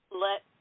let